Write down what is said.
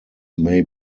may